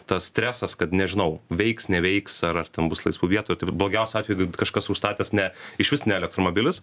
tas stresas kad nežinau veiks neveiks ar ar ten bus laisvų vietų tik blogiausiu atveju kažkas užstatęs ne išvis ne elektromobilis